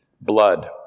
Blood